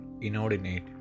inordinate